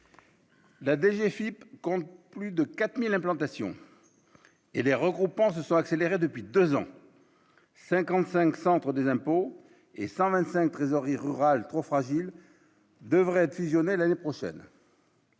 Philippe compte plus de 4000 implantations et les regroupements se sont accélérées depuis 2 ans, 55 centres des impôts. Et 125 trésoreries rurales trop fragiles devrait fusionner l'année prochaine.